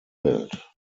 welt